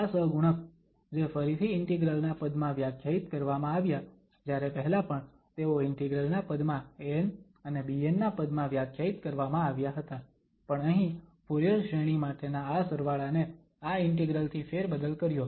આ સહગુણક જે ફરીથી ઇન્ટિગ્રલ ના પદમાં વ્યાખ્યાયિત કરવામા આવ્યા જ્યારે પહેલા પણ તેઓ ઇન્ટિગ્રલ ના પદમાં an અને bn ના પદમાં વ્યાખ્યાયિત કરવામાં આવ્યા હતા પણ અહીં ફુરીયર શ્રેણી માટેના આ સરવાળાને આ ઇન્ટિગ્રલ થી ફેરબદલ કર્યો